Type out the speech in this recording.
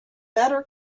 better